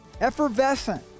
effervescent